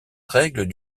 règle